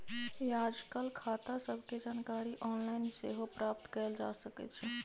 याजकाल खता सभके जानकारी ऑनलाइन सेहो प्राप्त कयल जा सकइ छै